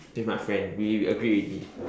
with my friend we agreed already